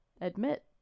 admit